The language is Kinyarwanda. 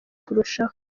kurushaho